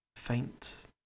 faint